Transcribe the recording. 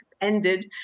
ended